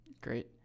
Great